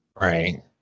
Right